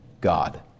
God